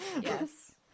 yes